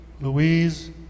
Louise